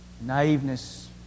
naiveness